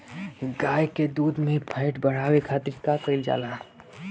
गाय के दूध में फैट बढ़ावे खातिर का कइल जाला?